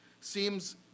seems